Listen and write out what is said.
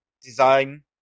design